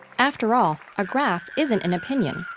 afterall, a graph isn't an opinion.